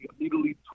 immediately